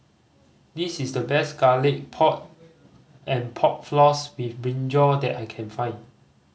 this is the best Garlic Pork and Pork Floss with brinjal that I can find